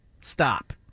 Stop